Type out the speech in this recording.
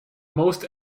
most